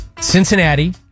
Cincinnati